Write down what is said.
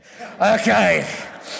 Okay